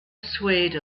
swayed